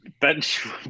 Bench